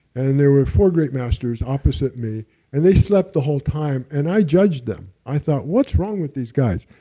and there were four great masters opposite me and they slept the whole time, and i judged them. i thought, what's wrong with these guys?